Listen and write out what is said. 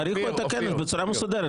תאריכו את הכנס בצורה מסודרת,